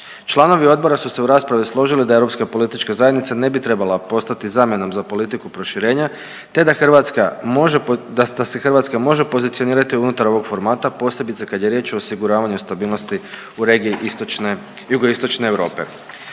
Članovi odbora su se u raspravi složili da Europska politička zajednica ne bi trebala postati zamjenom za politiku proširenja, te da Hrvatska može, da se Hrvatska može pozicionirati unutar ovog formata, a posebice kad je riječ o osiguravanju stabilnosti i regiji istočne, jugoistočne Europe.